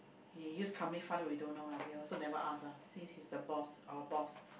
he use company fund we don't know lah we also never ask lah since he's the boss our boss